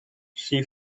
she